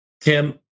Tim